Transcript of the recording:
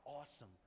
awesome